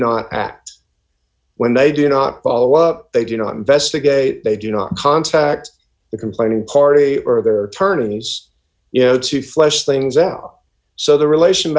not act when they do not follow up they do not investigate they do not contact the complaining party or their turn in these you know to flesh things out so the relation